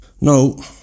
No